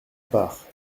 part